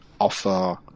offer